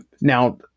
Now